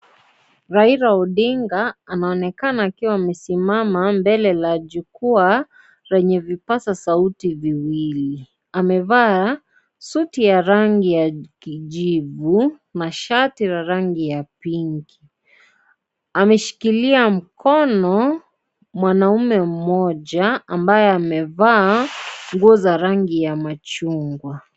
Raila Odinga anaonekana amesimama mbele la jukwaa lenye vipasa sauti viwili. Amevaa suti ya rangi ya kijivu, na shati la rangi ya Pinki. Ameshikilia mkono mwanamme mmoja, ambaye amevaa nguo za rangi ya machungwa.